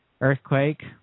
earthquake